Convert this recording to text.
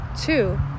Two